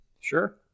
sure